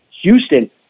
Houston